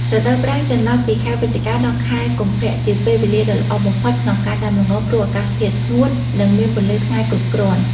រដូវប្រាំង ចន្លោះពីខែវិច្ឆិកា ដល់ខែកុម្ភៈ ជាពេលវេលាដ៏ល្អបំផុតក្នុងការដាំល្ង ព្រោះអាកាសធាតុស្ងួត និងមានពន្លឺថ្ងៃគ្រប់គ្រាន់។